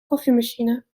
koffiemachine